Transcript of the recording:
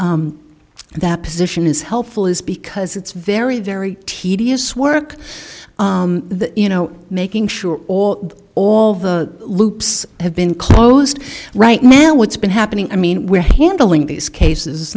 that position is helpful is because it's very very tedious work you know making sure all all the loops have been closed right now what's been happening i mean we're handling these cases